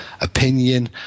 opinion